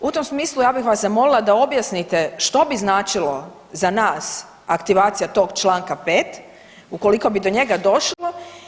U tom smislu ja bih vas zamolila da objasnite što bi značilo za nas aktivacija tog čl. 5. ukoliko bi do njega došlo?